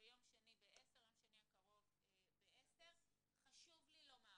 בשעה 10:00. חשוב לי לומר